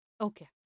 Okay